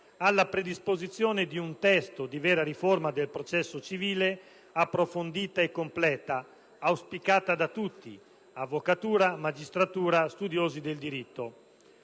alla predisposizione di un testo di vera riforma del processo civile, approfondita e completa, auspicata da tutti: avvocatura, magistratura e studiosi del diritto.